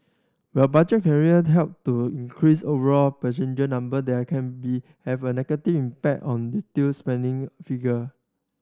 while budget carrier help to increase overall passenger number there can have a negative impact on retail spending figure